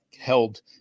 held